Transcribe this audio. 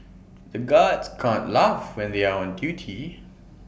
the guards can't laugh when they are on duty